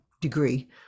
degree